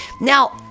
Now